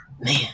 Man